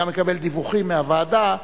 וגם מקבל דיווחים מהוועדה,